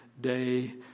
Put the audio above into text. day